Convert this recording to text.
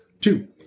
two